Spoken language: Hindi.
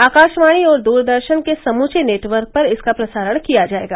आकाशवाणी और दूरदर्शन के समूचे नेटवर्क पर इसका प्रसारण किया जाएगा